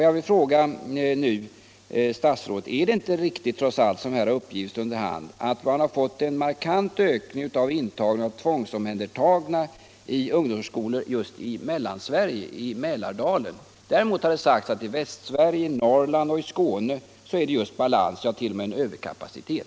Jag vill nu fråga statsrådet: Är det inte riktigt, som har uppgivits under hand, att man har fått en markant ökning av intagningen av tvångsomhändertagna i ungdomsvårdsskolor just i Mellansverige, i Mälardalen? Däremot har det sagts att det i Västsverige, i Norrland och i Skåne råder balans eller t.o.m. överkapacitet.